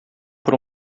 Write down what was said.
por